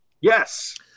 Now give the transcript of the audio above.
Yes